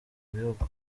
bihugu